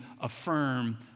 affirm